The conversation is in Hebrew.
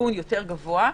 בסיכון יותר גבוהה,